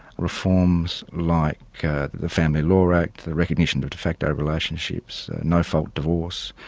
reforms like the family law act, the recognition of de facto relationships, no-fault divorce,